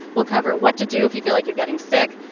we'll cover what to do if you feel like you're getting sick,